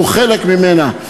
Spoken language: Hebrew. הוא חלק ממנה.